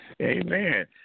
Amen